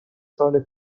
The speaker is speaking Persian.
سال